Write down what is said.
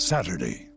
Saturday